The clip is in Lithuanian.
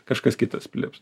kažkas kitas prilips